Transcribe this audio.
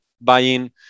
buying